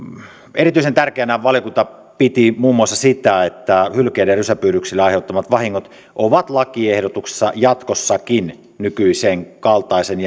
erityisen tärkeänä valiokunta piti muun muassa sitä että hylkeiden rysäpyydyksille aiheuttamat vahingot ovat lakiehdotuksessa jatkossakin nykyisen kaltaisen